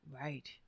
Right